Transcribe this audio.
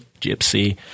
Gypsy